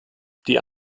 die